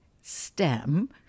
STEM